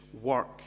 work